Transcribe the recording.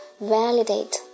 validate